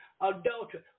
adultery